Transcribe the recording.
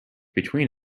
between